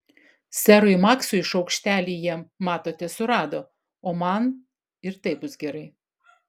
serui maksui šaukštelį jie matote surado o man ir taip bus gerai